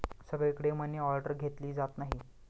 सगळीकडे मनीऑर्डर घेतली जात नाही